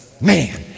Man